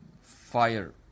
Fire